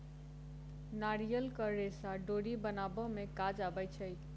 नारियलक रेशा डोरी बनाबअ में काज अबै छै